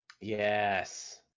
yes